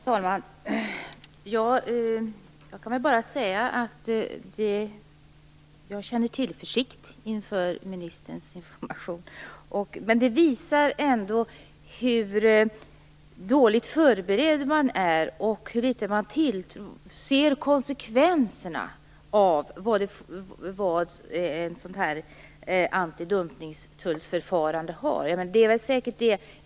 Herr talman! Jag kan bara säga att jag känner tillförsikt inför ministerns information. Men det visar ändå hur dåligt förberedd man är och hur litet man ser konsekvenserna av ett antidumpningsförfarande.